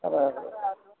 અને